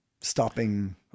stopping